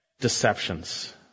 Deceptions